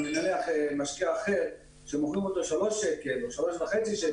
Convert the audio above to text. נניח משקה אחר שמוכרים אותו ב-3 שקלים או ב-3.50 שקלים,